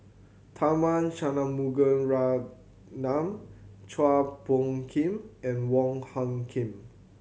Tharman Shanmugaratnam Chua Phung Kim and Wong Hung Khim